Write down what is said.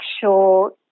sure